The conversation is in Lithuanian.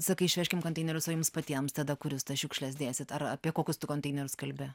sakai išvežkim konteinerius o jums patiems tada kur jūs tas šiukšles dėsit ar apie kokius tu konteinerius kalbi